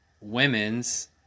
women's